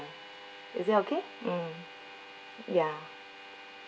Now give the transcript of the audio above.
is that okay mm ya